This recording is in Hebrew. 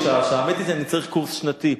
האמת היא שאני צריך קורס שנתי,